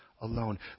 alone